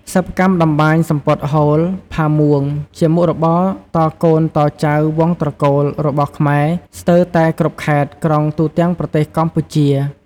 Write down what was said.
សិប្បកម្មតម្បាញសំពត់ហូល ផាមួងជាមុខរបរតកូនតចៅវង្សត្រកូលរបស់ខ្មែរស្ទើរតែគ្រប់ខេត្ត-ក្រុងទូទាំងប្រទេសកម្ពុជា។